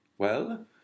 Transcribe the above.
Well